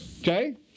Okay